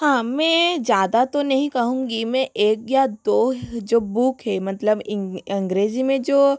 हाँ मैं ज़्यादा तो नहीं कहूँगी मैं एक या दो जो बुक हैं मतलब अंग्रेजी में जो